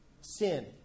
sin